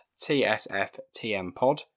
TSFTMPod